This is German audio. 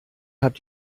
habt